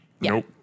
Nope